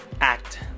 act